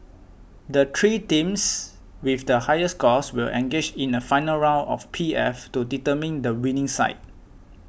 the three teams with the highest scores will engage in a final round of P F to determine the winning side